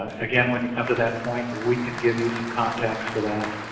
again, when you come to that point we can give you some contacts for that.